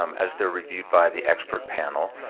um as they're reviewed by the expert panel,